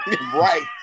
Right